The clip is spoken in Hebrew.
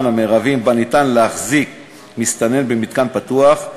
המרביים שאפשר להחזיק מסתנן במתקן פתוח.